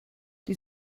die